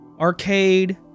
Arcade